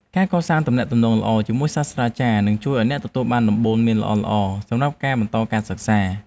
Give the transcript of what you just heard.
ការកសាងទំនាក់ទំនងល្អជាមួយសាស្ត្រាចារ្យនឹងជួយឱ្យអ្នកទទួលបានដំបូន្មានល្អៗសម្រាប់ការបន្តការសិក្សា។